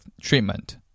treatment